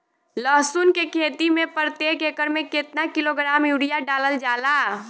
लहसुन के खेती में प्रतेक एकड़ में केतना किलोग्राम यूरिया डालल जाला?